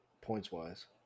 points-wise